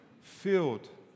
filled